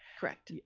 correct.